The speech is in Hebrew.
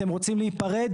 אתם רוצים להיפרד?